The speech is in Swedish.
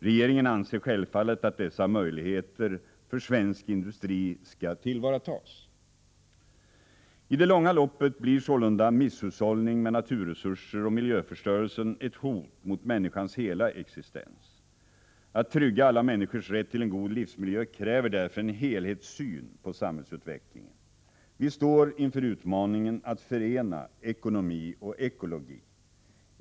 Regeringen anser självfallet att dessa möjligheter för svensk industri skall tillvaratas. I det långa loppet blir sålunda misshushållning med naturresurser och miljöförstörelsen ett hot mot människans hela existens. Att trygga alla människors rätt till en god livsmiljö kräver därför en helhetssyn på samhällsutvecklingen. Vi står inför utmaningen att förena ekonomi och ekologi.